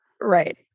Right